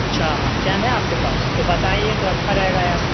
اچھا ٹیم ہے آپ کے پاس تو بتائیے تو اچھا رہے گا یار